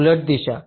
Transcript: उलट दिशा